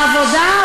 העבודה,